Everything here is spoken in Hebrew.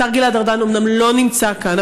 השר גלעד ארדן אומנם לא נמצא כאן,